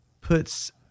puts